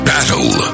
Battle